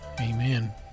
amen